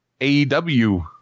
AEW